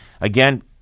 again